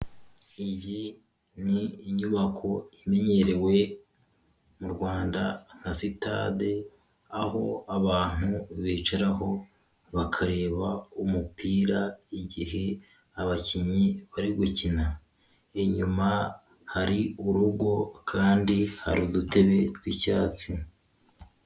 Iyi n'inyubako imenyerewe mu Rwanda nka sitade, aho abantu bicaraho bakareba umupira igihe abakinnyi bari gukina, inyuma hari urugo kandi hari udutebe tw'icyatsi.